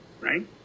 right